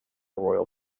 royal